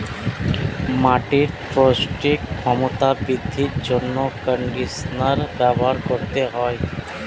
মাটির পৌষ্টিক ক্ষমতা বৃদ্ধির জন্য কন্ডিশনার ব্যবহার করতে হয়